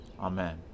Amen